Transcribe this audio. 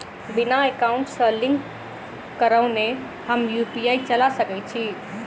बिना एकाउंट सँ लिंक करौने हम यु.पी.आई चला सकैत छी?